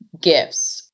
gifts